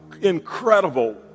incredible